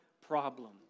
problem